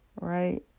right